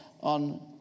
on